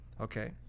Okay